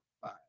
five